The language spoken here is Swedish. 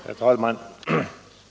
Herr talman!